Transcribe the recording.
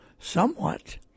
somewhat